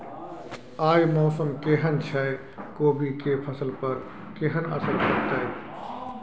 आय मौसम केहन छै कोबी के फसल पर केहन असर परतै?